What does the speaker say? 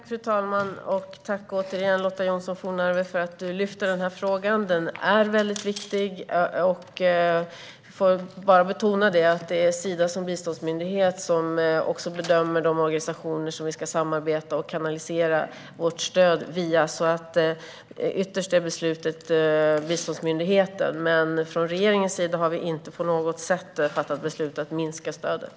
Fru talman! Tack återigen, Lotta Johnsson Fornarve, för att du lyfter fram den här frågan! Den är väldigt viktig. Jag får bara betona att det är Sida som biståndsmyndighet som bedömer de organisationer som vi ska samarbeta med och kanalisera vårt stöd via. Ytterst är beslutet biståndsmyndighetens. Från regeringens sida har vi inte på något sätt fattat beslut att minska stödet.